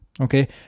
okay